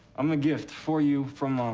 i'm a gift for you, from